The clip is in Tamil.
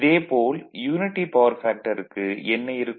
இதே போல் யூனிடி பவர் ஃபேக்டருக்கு என்ன இருக்கும்